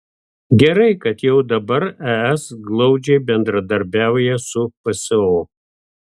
gerai kad jau dabar es glaudžiai bendradarbiauja su pso